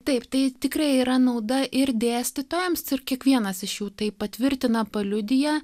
taip tai tikrai yra nauda ir dėstytojams ir kiekvienas iš jų tai patvirtina paliudija